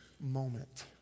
moment